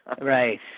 Right